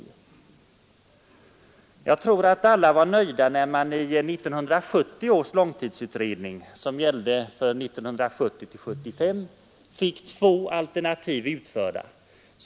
Jag tror alla var nöjda med att det i 1970 års långtidsutredning, som gällde 1970-1975, fanns två alternativ utförda.